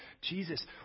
Jesus